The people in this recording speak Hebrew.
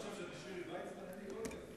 עשיתם את זה אתמול בגדול,